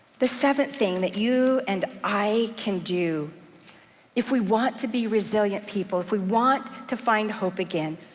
the seventh thing that you and i can do if we want to be resilient people, if we want to find hope again,